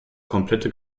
komplette